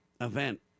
event